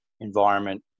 environment